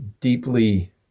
deeply